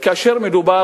כאשר מדובר